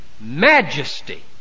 majesty